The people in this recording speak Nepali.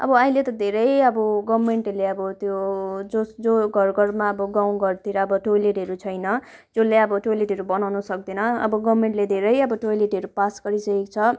अब अहिले त धेरै अब गभर्मेन्टहरूले अब त्यो जस जस घर घरमा अब गाउँघरतिर अब टोइलेटहरू छैन जसले अब टोइलेटहरू बनाउन सक्दैन अब गभर्मेन्टले धेरै अब टोइलेटहरू पास गरिसकेको छ